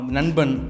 Nanban